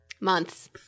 Months